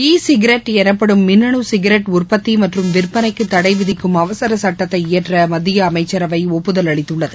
இ cigarette எனப்படும் மின்னனுசிகரெட் உற்பத்திமற்றும் விற்பனைக்குதடவிதிக்கும் அவசரசட்டத்தை இயற்றமத்தியஅமைச்சரவை ஒப்புதல் அளித்துள்ளது